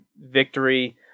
victory